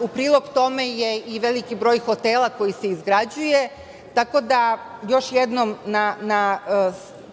u prilog tome je veliki broj hotela koji se izgrađuje. Još jednom na kraju